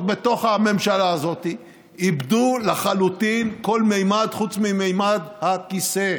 בתוך הממשלה הזאת איבדו לחלוטין כל ממד חוץ מממד הכיסא,